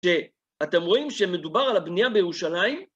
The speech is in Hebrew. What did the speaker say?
שאתם רואים שמדובר על הבנייה בירושלים.